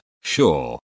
Sure